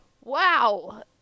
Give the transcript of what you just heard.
Wow